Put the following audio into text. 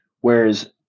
whereas